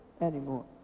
anymore